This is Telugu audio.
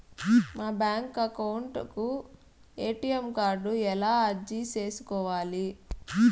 మా బ్యాంకు అకౌంట్ కు ఎ.టి.ఎం కార్డు ఎలా అర్జీ సేసుకోవాలి?